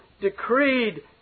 decreed